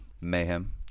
Mayhem